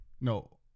No